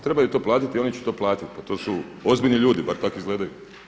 Trebaju to platiti i oni će to platiti, pa to su ozbiljni ljudi, bar tako izgledaju.